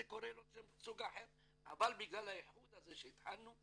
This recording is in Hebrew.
זה קורה לו סוג אחר אבל בגלל האיחוד הזה שהתחלנו,